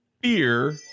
beer